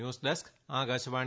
news desk Akashvani